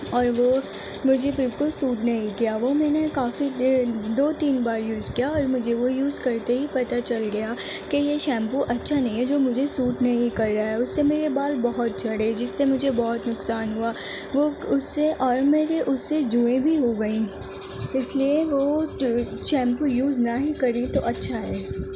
اور وہ مجھے بالکل سوٹ نہیں کیا وہ میں نے کافی دن دو تین بار یوز کیا اور مجھے وہ یوز کرتے ہی پتا چل گیا کہ یہ شیمپو اچھا نہیں ہے جو مجھے سوٹ نہیں کر رہا ہے اس سے میرے بال بہت جھڑے جس سے مجھے بہت نقصان ہوا وہ اس سے اور میرے اس سے جوئیں بھی ہو گئیں اس لیے وہ شیمپو یوز نہ ہی کریں تو اچھا ہے